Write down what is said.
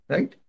Right